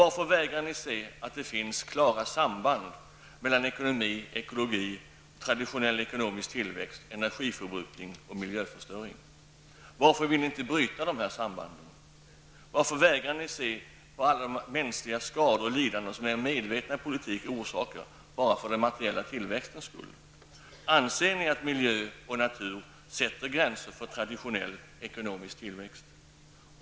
Varför vägrar ni se att det finns klara samband mellan ekonomi, ekologi, traditionell ekonomisk tillväxt, energiförbrukning och miljöförstöring? Varför vill ni inte bryta dessa samband? Varför vägrar ni att se på alla mänskliga skador och allt mänskligt lidande som er medvetna politik orsakar bara för den materiella tillväxtens skull? Anser ni att miljö och natur sätter gränser för traditionell ekonomisk tillväxt?